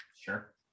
sure